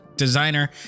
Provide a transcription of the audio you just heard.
designer